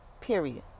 period